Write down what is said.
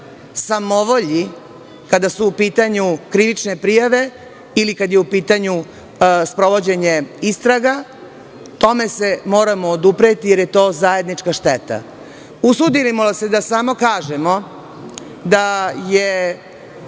samovolji kada su u pitanju krivične prijave ili kada je u pitanju sprovođenje istraga. Tome se moramo odupreti, jer je to zajednička šteta. Usudimo li se da kažemo da je